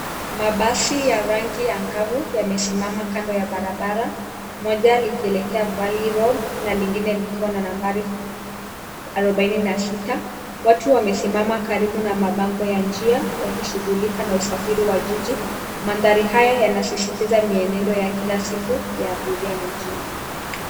Mabasi ya rangi angavu yamesimama kando ya barabara, moja likielekea Valley Road na lingine likiwa na nambari 46. Watu wamesimama karibu na mabango ya njia wakishughulika na usafiri wa jiji. Mandhari haya yanasisitiza mienendo ya kila siku ya abiria mijini.